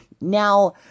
Now